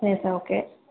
சரி sir okay